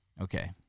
Okay